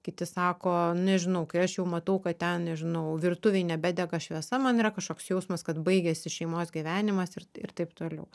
kiti sako nežinau kai aš jau matau kad ten nežinau virtuvėj nebedega šviesa man yra kažkoks jausmas kad baigėsi šeimos gyvenimas ir ir taip toliau